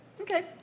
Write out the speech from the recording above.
Okay